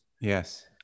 Yes